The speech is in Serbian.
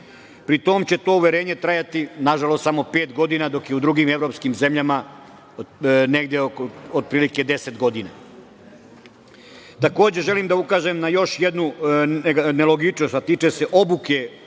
Pri tome, to uverenje će trajati, nažalost, samo pet godina, dok je u drugim evropskim zemljama negde otprilike 10 godina. Takođe, želim da ukažem na još jednu nelogičnost, a tiče se obuke o